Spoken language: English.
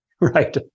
Right